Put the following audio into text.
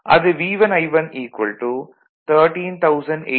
அது V1I1 13800 43